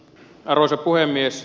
arvoisa puhemies